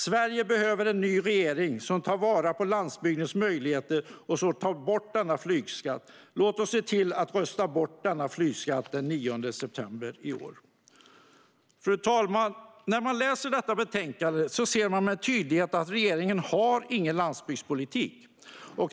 Sverige behöver en ny regering som tar vara på landsbygdens möjligheter och som tar bort denna flygskatt. Låt oss se till att rösta bort denna flygskatt den 9 september i år. Fru talman! När man läser detta betänkande ser man tydligt att regeringen inte har någon landsbygdspolitik.